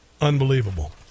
Unbelievable